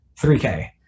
3K